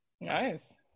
Nice